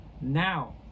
now